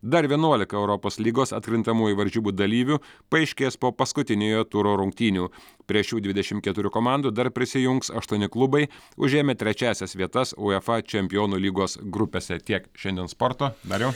dar vienuolika europos lygos atkrintamųjų varžybų dalyvių paaiškės po paskutiniojo turo rungtynių prie šių dvidešimt keturių komandų dar prisijungs aštuoni klubai užėmę trečiąsias vietas uefa čempionų lygos grupėse tiek šiandien sporto dariau